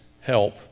help